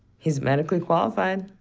he's medically qualified.